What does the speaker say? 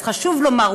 אז חשוב לומר,